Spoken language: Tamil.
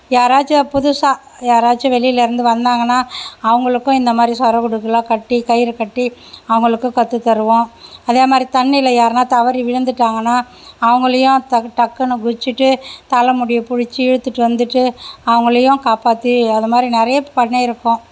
யாராச்சும் புதுசாக யாராச்சும் வெளிலேருந்து வந்தாங்கன்னால் அவங்களுக்கும் இந்த மாதிரி சொரை குடுக்கைலாம் கட்டி கயிறை கட்டி அவங்களுக்கும் கற்று தருவோம் அதே மாதிரி தண்ணியில் யாருனால் தவறி விழுந்துட்டாங்கன்னால் அவங்களையும் தக்கு டக்குனு குதித்ச்சிட்டு தலை முடியை பிடிச்சி இழுத்துட்டு வந்துட்டு அவங்களையும் காப்பாற்றி அதை மாதிரி நிறைய பண்ணியிருக்கோம்